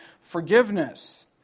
forgiveness